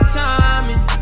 timing